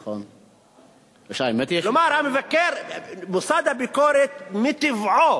כלומר, מוסד הביקורת מטבעו